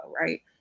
right